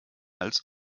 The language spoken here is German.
als